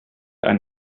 ein